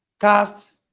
Cast